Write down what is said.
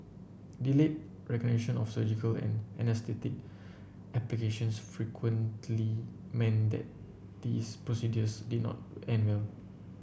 delayed recognition of surgical and anaesthetic applications frequently meant that these procedures did not end well